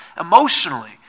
emotionally